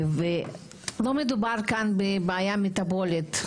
לא מדובר פה בבעיה מטבולית.